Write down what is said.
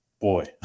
boy